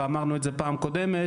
ואמרנו את זה פעם קודמת,